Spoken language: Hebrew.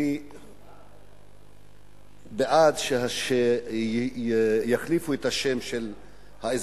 אני בעד שיחליפו את השם של האזרחות,